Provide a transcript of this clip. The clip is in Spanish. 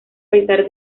pesar